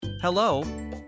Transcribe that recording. Hello